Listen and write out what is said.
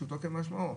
פשוטו כמשמעו,